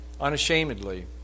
unashamedly